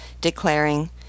declaring